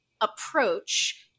approach